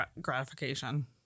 gratification